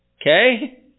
Okay